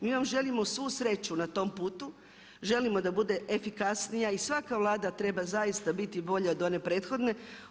Mi vam želimo svu sreću na tom putu, želimo da bude efikasnija i svaka Vlada treba zaista biti bolja od one prethodne.